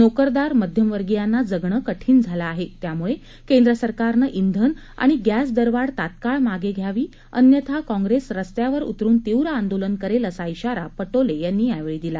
नोकरदार मध्यमवर्गीयांना जगणं कठीण झालं आहे त्यामुळे केंद्र सरकारनं श्वन आणि गॅस दरवाढ तात्काळ मागे घ्यावी अन्यथा काँग्रेस रस्त्यावर उतरून तीव्र आंदोलन करेल असा श्रीारा पटोले यांनी यावेळी दिला